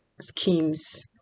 schemes